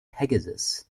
pegasus